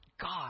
God